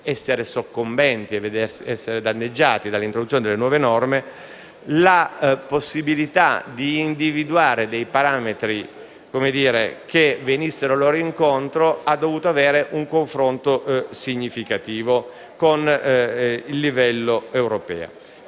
essere soccombenti e danneggiate dall'introduzione delle nuove norme, la possibilità di individuare dei parametri che venissero loro incontro ha visto la necessità di incontrarsi in modo significativo con il livello europeo.